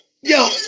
Yo